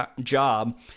job